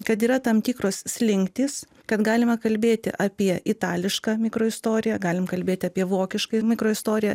kad yra tam tikros slinktys kad galima kalbėti apie itališką mikroistoriją galim kalbėti apie vokišką mikroistoriją